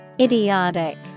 Idiotic